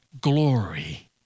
glory